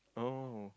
oh